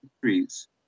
trees